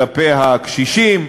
כלפי הקשישים,